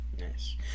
nice